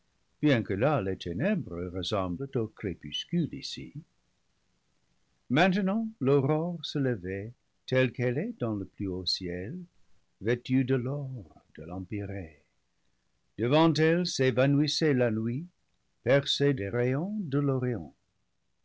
bien que là les ténèbres ressemblent au crépus cule ici maintenant l'aurore se levait telle qu'elle est dans le plus haut ciel vêtue de l'or de l'empyrée devant elle s'évanouissait la nuit percée des rayons de l'orient